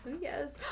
Yes